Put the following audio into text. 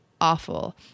awful